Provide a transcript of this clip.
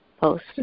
post